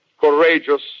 courageous